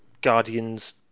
Guardians